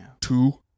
Two